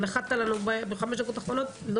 נחתת לנו בחמש דקות האחרונות.